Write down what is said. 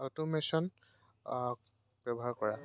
automation ব্যৱহাৰ কৰা